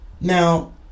Now